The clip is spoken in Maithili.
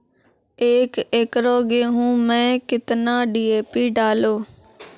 एक एकरऽ गेहूँ मैं कितना डी.ए.पी डालो?